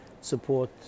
support